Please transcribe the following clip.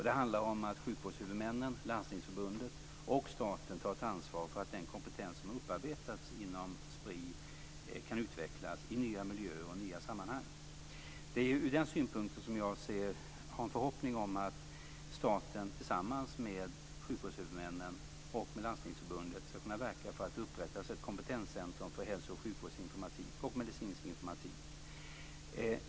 Det handlar om att sjukvårdshuvudmännen, Landstingsförbundet och staten tar ett ansvar för att den kompetens som har upparbetats inom Spri kan utvecklas i nya miljöer och i nya sammanhang. Det är ur den synpunkten som jag har en förhoppning om att staten tillsammans med sjukvårdshuvudmännen och Landstingsförbundet skall kunna verka för att det upprättas ett kompetenscentrum för hälsooch sjukvårdsinformatik och medicinsk informatik.